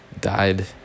died